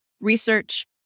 research